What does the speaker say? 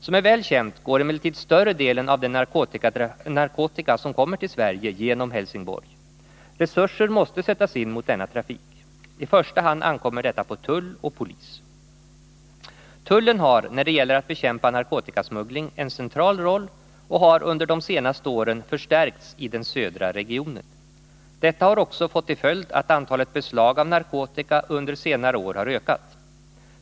Som är väl känt går emellertid större delen av den narkotika som kommer till Sverige genom Helsingborg. Resurser måste sättas in mot denna trafik. I första hand ankommer detta på tull och polis. Tullen har när det gäller att bekämpa narkotikasmuggling en central roll och har under de senaste åren förstärkts i den södra regionen. Detta har också fått till följd att antalet beslag av narkotika under senare år har ökat.